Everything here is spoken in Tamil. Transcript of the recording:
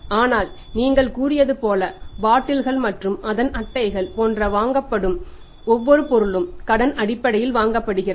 ஆனால் நீங்கள் கூறியது போல பாட்டில்கள் மற்றும் அதன் அட்டைகள் போன்ற வாங்கப்படும் ஒவ்வொரு பொருளும் கடன் அடிப்படையில் வாங்கப்படுகிறது